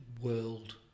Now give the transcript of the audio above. world